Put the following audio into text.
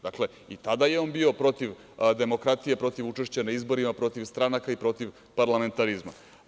Dakle, i tada je on bio protiv demokratije, protiv učešća na izborima, protiv stranaka i protiv parlamentarizma.